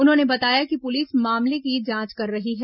उन्होंने बताया कि पुलिस मामले की जांच कर रही है